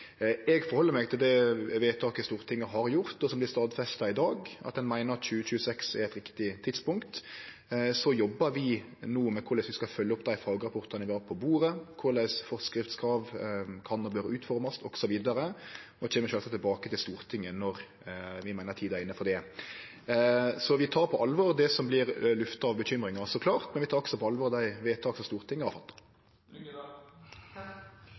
Eg held meg til det vedtaket Stortinget har gjort, og som vert stadfesta i dag, at ein meiner at 2026 er eit riktig tidspunkt. Så jobbar vi no med korleis vi skal følgje opp dei fagrapportane vi har på bordet, korleis forskriftskrav kan og bør utformast, osv., og kjem sjølvsagt tilbake til Stortinget når vi meiner tida er inne for det. Vi tek så klart på alvor det som vert lufta av bekymringar, men vi tek også på alvor dei vedtaka Stortinget har fatta.